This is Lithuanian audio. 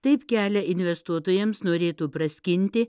taip kelią investuotojams norėtų praskinti